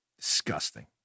Disgusting